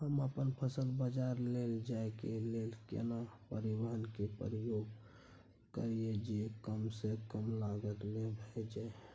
हम अपन फसल बाजार लैय जाय के लेल केना परिवहन के उपयोग करिये जे कम स कम लागत में भ जाय?